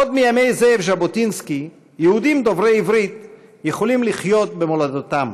עוד מימי זאב ז'בוטינסקי יהודים דוברי עברית יכולים לחיות במולדתם